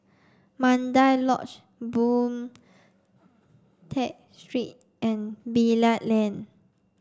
Mandai Lodge Boon Tat Street and Bilal Lane